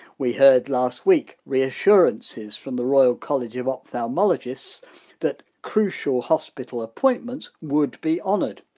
we heard, last week, reassurances from the royal college of ophthalmologists that crucial hospital appointments would be honoured.